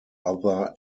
other